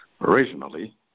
originally